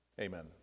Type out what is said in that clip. Amen